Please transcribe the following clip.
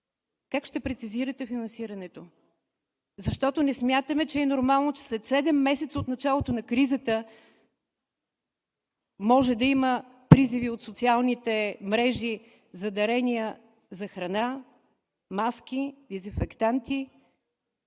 как ще прецизирате финансирането? Защото не смятаме за нормално след седем месеца от началото на кризата, да има призиви от социалните мрежи за дарения за храна, маски, дезинфектанти,